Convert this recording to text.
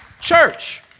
church